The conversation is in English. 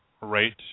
rate